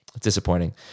Disappointing